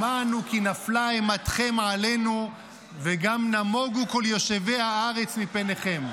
שמענו כי "נפלה אימתכם עלינו" וגם "נמֹגו כל יֹשבי הארץ מפניכם".